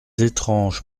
étranges